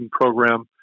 program